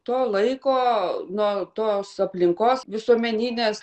to laiko nuo tos aplinkos visuomeninės